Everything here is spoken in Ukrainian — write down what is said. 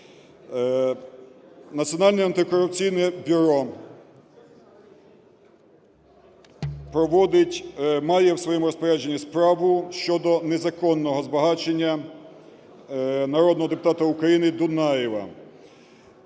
Національне антикорупційне бюро проводить, має в своєму розпорядженні справу щодо незаконного збагачення народного депутата України Дунаєва.